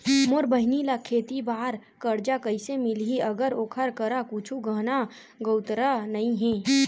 मोर बहिनी ला खेती बार कर्जा कइसे मिलहि, अगर ओकर करा कुछु गहना गउतरा नइ हे?